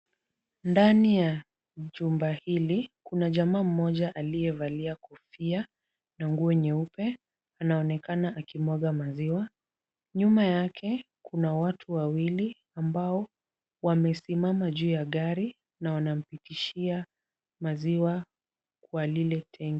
Ndani ya chumba hili, kuna jamaa mmoja aliyevalia kofia na nguo nyeupe, anaonekana akimwaga maziwa. Nyuma yake kuna watu wawili, ambao wamesimama juu ya gari na wanampitishia maziwa kwa lile tenki.